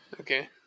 Okay